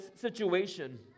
situation